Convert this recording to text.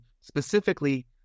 specifically